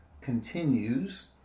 continues